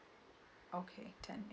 okay ten years